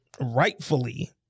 rightfully